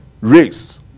race